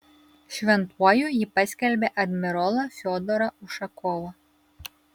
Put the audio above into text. šventuoju ji paskelbė admirolą fiodorą ušakovą